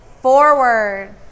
forward